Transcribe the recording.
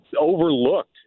overlooked